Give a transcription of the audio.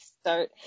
Start